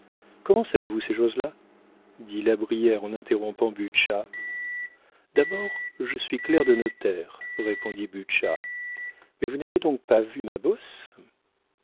comment savez-vous ces choses-là dit la brière en interrompant butscha d'abord je suis clerc de notaire répondit butscha mais vous n'avez donc pas vu ma bosse